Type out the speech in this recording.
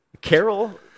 Carol